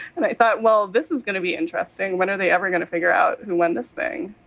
and i thought, well, this is going to be interesting. when are they ever going to figure out who won this thing?